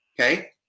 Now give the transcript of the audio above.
Okay